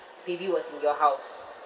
maybe was in your house